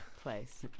place